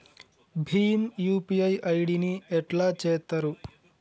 Bhim UPI ID ని ఎట్లా చేత్తరు?